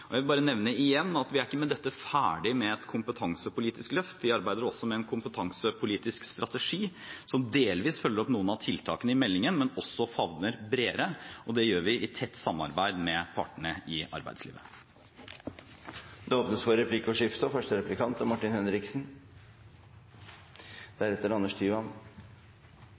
arbeidslivet. Jeg vil bare nevne igjen at vi er ikke med dette ferdige med et kompetansepolitisk løft. Vi arbeider også med en kompetansepolitisk strategi som delvis følger opp noen av tiltakene i meldingen, men som også favner bredere, og det gjør vi i tett samarbeid med partene i arbeidslivet. Det blir replikkordskifte. I stortingsmeldinga legger statsråden opp til såkalt modulisering av grunnopplæring og